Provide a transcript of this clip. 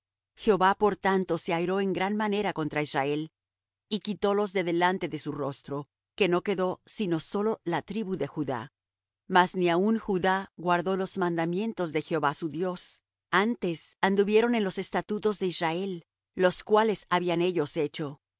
jehová por tanto se airó en gran manera contra israel y quitólos de delante de su rostro que no quedó sino sólo la tribu de judá mas ni aun judá guardó los mandamientos de jehová su dios antes anduvieron en los estatutos de israel los cuales habían ellos hecho